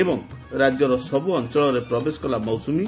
ଏବଂ ରାଜ୍ୟର ସବ୍ ଅଞ୍ଞଳରେ ପ୍ରବେଶ କଲା ମୌସ୍ମୀ